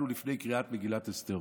אנחנו לפני קריאת מגילת אסתר.